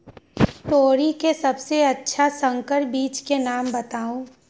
तोरी के सबसे अच्छा संकर बीज के नाम बताऊ?